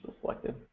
selected